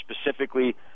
specifically